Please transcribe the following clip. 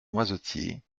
noisetiers